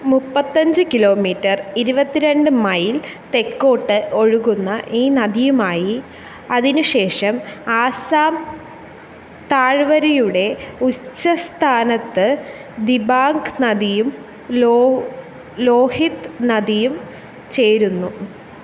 മുപ്പത്തഞ്ച് കിലോമീറ്റർ ഇരുപത്തിരണ്ട് മൈൽ തെക്കോട്ട് ഒഴുകുന്ന ഈ നദിയുമായി അതിനുശേഷം ആസാം താഴ്വരയുടെ ഉച്ചസ്ഥാനത്ത് ദിബാംഗ് നദിയും ലോഹിത് നദിയും ചേരുന്നു